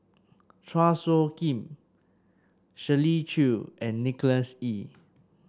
Chua Soo Khim Shirley Chew and Nicholas Ee